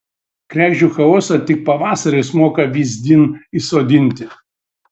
kregždžių chaosą tik pavasaris moka vyzdin įsodinti